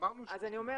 אמרנו שלא.